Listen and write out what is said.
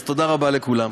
אז תודה רבה לכולם.